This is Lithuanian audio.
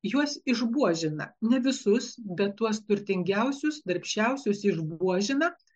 juos išbuožina ne visus bet tuos turtingiausius darbščiausius išbuožina